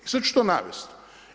I sad ću to navesti.